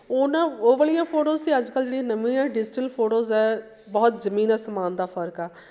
ਉਹਨਾਂ ਉਹ ਵਾਲ਼ੀਆਂ ਫੋਟੋਜ਼ 'ਤੇ ਅੱਜ ਕੱਲ੍ਹ ਜਿਹੜੀਆਂ ਨਵੀਆਂ ਡਿਜੀਟਲ ਫੋਟੋਜ਼ ਹੈ ਬਹੁਤ ਜ਼ਮੀਨ ਆਸਮਾਨ ਦਾ ਫ਼ਰਕ ਆ